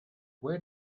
where